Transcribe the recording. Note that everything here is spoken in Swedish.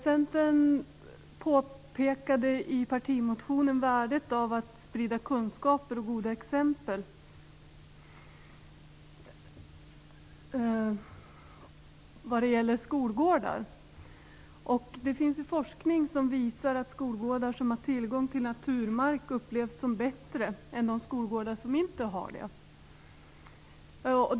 Centern påpekade i sin partimotion värdet av att sprida kunskaper och goda exempel när det gäller skolgårdar. Det finns forskning som visar att de skolgårdar där man har tillgång till naturmark upplevs som bättre än de skolgårdar där man inte har det.